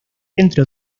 entre